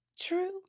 true